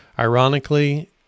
Ironically